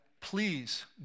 please